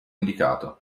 indicato